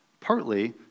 partly